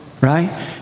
right